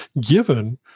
given